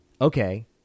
okay